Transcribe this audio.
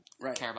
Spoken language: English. right